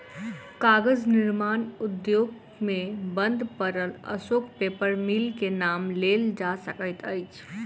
कागज निर्माण उद्योग मे बंद पड़ल अशोक पेपर मिल के नाम लेल जा सकैत अछि